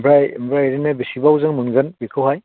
आमफाय आमफाय बेसे गोबावजों मोनगोन बेखौहाय